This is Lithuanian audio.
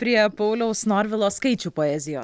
prie pauliaus norvilo skaičių poezijos